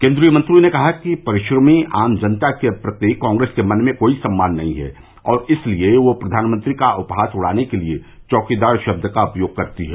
केन्द्रीय मंत्री ने कहा कि परिश्रमी आम जनता के प्रति कांग्रेस के मन में कोई सम्मान नहीं है और इसलिए वह प्रधानमंत्री का उपहास उड़ाने के लिए चौकीदार शब्द का उपयोग करती है